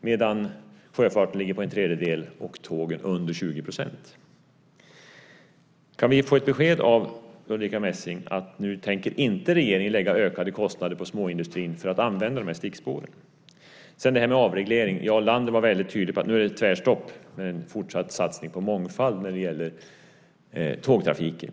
medan sjöfarten ligger på en tredjedel och tågen har mindre än 20 %. Kan vi få ett besked från Ulrica Messing om att regeringen inte tänker lägga ökade kostnader på småindustrierna för att de ska få använda stickspåren? Sedan vill jag ta upp detta med avregleringen. Jarl Lander var tydlig om att det nu är tvärstopp för en fortsatt satsning på mångfald i tågtrafiken.